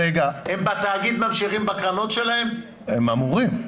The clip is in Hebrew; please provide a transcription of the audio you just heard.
הם אמורים.